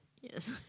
Yes